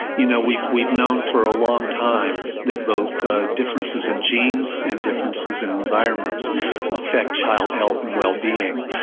you know we've we've known for a long time that both ah differences in genes and differences in environments affect child health and wellbeing,